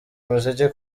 umuziki